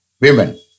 women